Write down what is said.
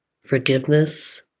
forgiveness